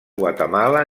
guatemala